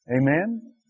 Amen